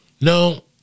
No